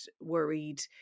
worried